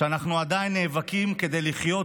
שאנחנו עדיין נאבקים כדי לחיות,